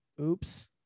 oops